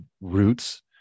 roots